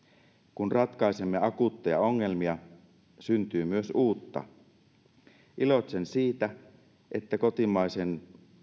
kun ratkaisemme akuutteja ongelmia syntyy myös uutta iloitsen siitä että kotimaisten